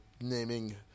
naming